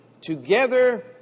together